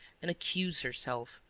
and accused herself.